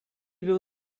był